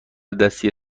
دستی